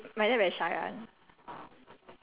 then he won't come out until everyone's go out